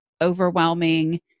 overwhelming